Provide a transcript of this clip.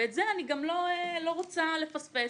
את זה אני לא רוצה לפספס.